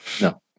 No